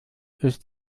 ist